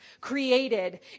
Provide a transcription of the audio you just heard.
created